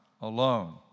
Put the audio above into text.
alone